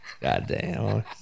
Goddamn